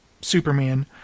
Superman